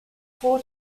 four